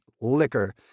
liquor